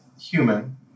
human